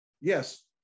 yes